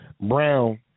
Brown